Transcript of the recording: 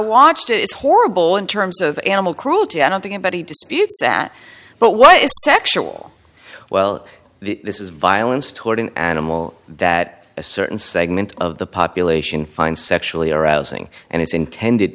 watched it's horrible in terms of animal cruelty i don't think anybody disputes that but what is sexual well this is violence toward an animal that a certain segment of the population finds sexually arousing and it's intended